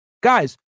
Guys